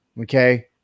Okay